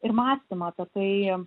ir mąstymą apie tai